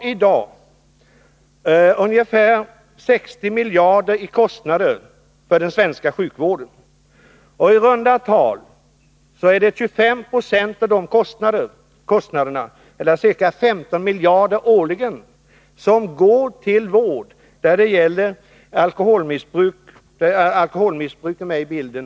Vi vet att den svenska sjukvården i dag kostar oss ungefär 60 miljarder kronor. Av dessa kostnader går 25 90, eller ca 15 miljarder, årligen till vård där alkoholmissbruk finns medi bilden.